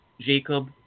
Jacob